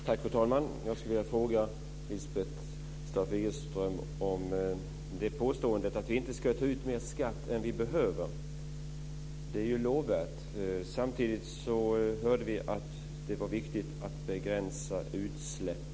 Fru talman! Jag har en fråga till Lisbeth Staaf Igelström när det gäller påståendet om att vi inte ska ta ut mer skatt än vi behöver, vilket är lovvärt. Samtidigt hörde vi att det är viktigt att begränsa utsläppen.